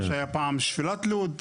מה שהיה פעם שפלת לוד.